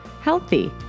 healthy